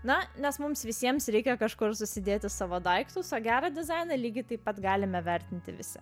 na nes mums visiems reikia kažkur susidėti savo daiktus o gerą dizainą lygiai taip pat galime vertinti visi